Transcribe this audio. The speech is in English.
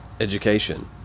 education